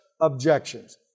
objections